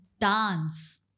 dance